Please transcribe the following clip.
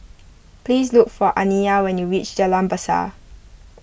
please look for Aniya when you reach Jalan Besar